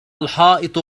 الحائط